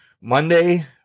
Monday –